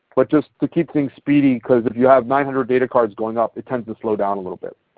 but just to keep things speedy because if you have nine hundred data cards going up it tends to slow down a little bit.